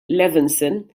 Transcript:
levinson